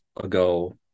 ago